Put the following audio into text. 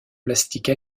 plastique